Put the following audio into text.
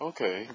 Okay